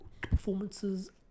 performances